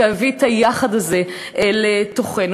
ויביא את היחד הזה אל תוכנו.